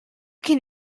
can